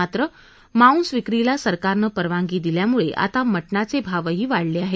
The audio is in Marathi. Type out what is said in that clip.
मात्र मांस विक्रीला सरकारनं परवानगी दिल्यामुळं आता मटनाचे भावही वाढले आहेत